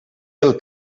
del